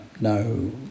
no